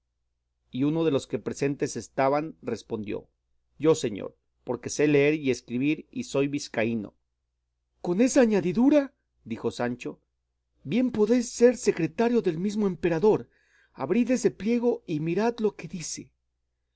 y uno de los que presentes estaban respondió yo señor porque sé leer y escribir y soy vizcaíno con esa añadidura dijo sancho bien podéis ser secretario del mismo emperador abrid ese pliego y mirad lo que dice